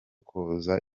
koza